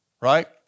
right